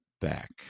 back